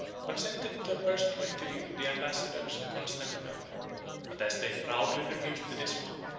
consented to a personal interview with the ambassadors of constantinople but as they proudly refused to dismount,